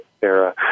era